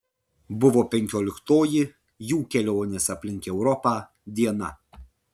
buvo penkioliktoji jų kelionės aplink europą diena